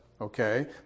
Okay